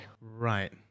right